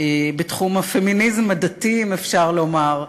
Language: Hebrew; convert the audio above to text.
בתחום הפמיניזם הדתי, אם אפשר לומר,